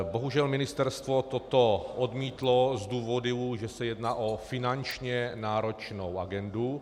Bohužel ministerstvo toto odmítlo z důvodů, že se jedná o finančně náročnou agendu.